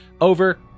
over